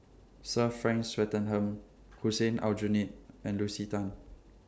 Sir Frank Swettenham Hussein Aljunied and Lucy Tan